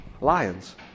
lions